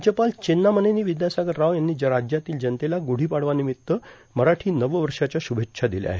राज्यपाल चेन्नमनेनी ावदयासागर राव यांनी राज्यातील जनतेला गुढो पाडवा तसंच मराठी नववषाच्या श्रभेच्छा दिल्या आहेत